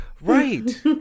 Right